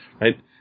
right